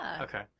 Okay